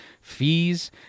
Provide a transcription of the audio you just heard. fees